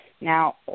Now